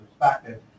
perspective